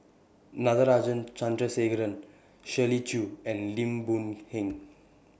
Natarajan Chandrasekaran Shirley Chew and Lim Boon Heng